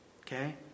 okay